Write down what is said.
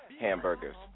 hamburgers